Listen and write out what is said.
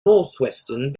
northwestern